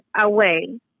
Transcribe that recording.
away